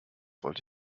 wollte